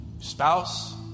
spouse